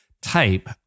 type